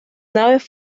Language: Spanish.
naves